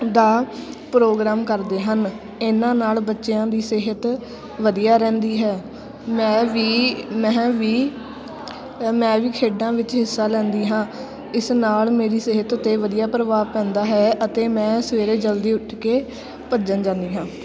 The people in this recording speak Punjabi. ਦਾ ਪ੍ਰੋਗਰਾਮ ਕਰਦੇ ਹਨ ਇਹਨਾਂ ਨਾਲ਼ ਬੱਚਿਆਂ ਦੀ ਸਿਹਤ ਵਧੀਆ ਰਹਿੰਦੀ ਹੈ ਮੈਂ ਵੀ ਮੈਂ ਵੀ ਮੈਂ ਵੀ ਖੇਡਾਂ ਵਿੱਚ ਹਿੱਸਾ ਲੈਂਦੀ ਹਾਂ ਇਸ ਨਾਲ਼ ਮੇਰੀ ਸਿਹਤ 'ਤੇ ਵਧੀਆ ਪ੍ਰਭਾਵ ਪੈਂਦਾ ਹੈ ਅਤੇ ਮੈਂ ਸਵੇਰੇ ਜਲਦੀ ਉੱਠ ਕੇ ਭੱਜਣ ਜਾਂਦੀ ਹਾਂ